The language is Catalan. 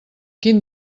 quin